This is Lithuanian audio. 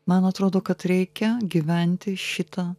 man atrodo kad reikia gyventi šitą